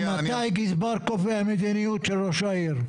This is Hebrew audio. ממתי גזבר קובע מדיניות של ראש העיר?